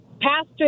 pastor